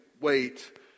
wait